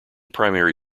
primary